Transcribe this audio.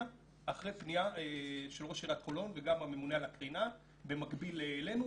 אחרי פניה של ראש עיריית חולון וגם הממונה על הקרינה במקביל אלינו,